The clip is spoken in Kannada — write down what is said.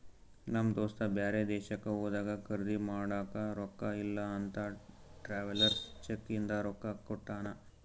ನಮ್ ದೋಸ್ತ ಬ್ಯಾರೆ ದೇಶಕ್ಕ ಹೋದಾಗ ಖರ್ದಿ ಮಾಡಾಕ ರೊಕ್ಕಾ ಇಲ್ಲ ಅಂತ ಟ್ರಾವೆಲರ್ಸ್ ಚೆಕ್ ಇಂದ ರೊಕ್ಕಾ ಕೊಟ್ಟಾನ